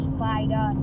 Spider